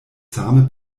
same